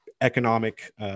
economic